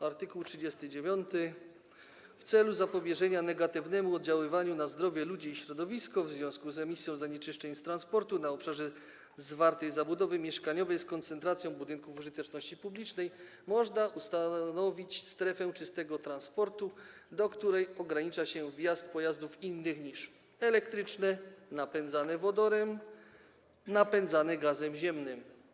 Art. 39 stanowi, że w celu zapobieżenia negatywnemu oddziaływaniu na zdrowie ludzi i środowisko w związku z emisją zanieczyszczeń z transportu na obszarze zwartej zabudowy mieszkaniowej z koncentracją budynków użyteczności publicznej można ustanowić strefę czystego transportu, do której ogranicza się wjazd pojazdów innych niż elektryczne, napędzane wodorem, napędzane gazem ziemnym.